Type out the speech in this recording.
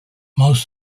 most